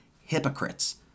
Hypocrites